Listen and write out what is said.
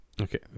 Okay